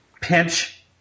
pinch